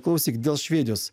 klausyk dėl švedijos